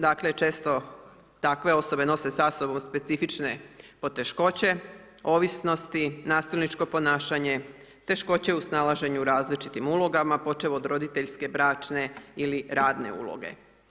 Dakle, često takve osobe nose sa sobom specifične poteškoće, ovisnosti, nasilničko ponašanje, teškoće u snalaženju različitim ulogama, počev od roditeljske, bračne ili radne uloge.